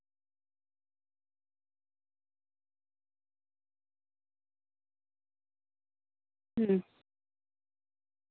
ᱦᱩᱸ